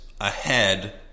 ahead